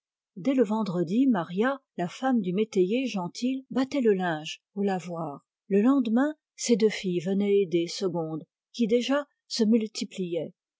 dès le vendredi maria la femme du métayer gentil battait le linge au lavoir le lendemain ses deux filles venaient aider se gondequi déjà se multipliait